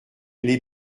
les